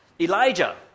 Elijah